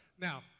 Now